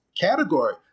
category